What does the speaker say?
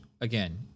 Again